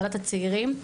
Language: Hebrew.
ועדת הצעירים,